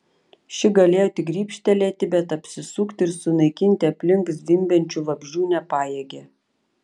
ši galėjo tik grybštelėti bet apsisukti ir sunaikinti aplink zvimbiančių vabzdžių nepajėgė